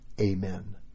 Amen